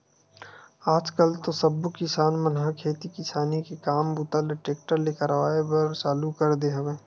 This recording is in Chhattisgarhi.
आज कल तो सबे किसान मन ह खेती किसानी के काम बूता ल टेक्टरे ले करवाए बर चालू कर दे हवय